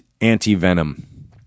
Anti-Venom